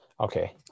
Okay